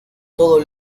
todo